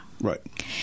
right